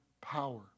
power